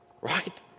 Right